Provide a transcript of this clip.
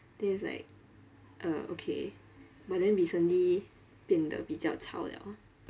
then it's like uh okay but then recently 变得比较吵了